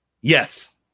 Yes